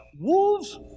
wolves